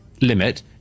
limit